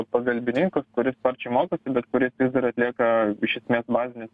pagalbininkas kuris sparčiai mokosi bet kuris vis dar atlieka iš esmės bazines